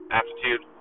aptitude